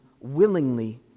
willingly